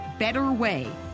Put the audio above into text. BETTERWAY